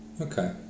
Okay